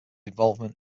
involvement